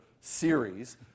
series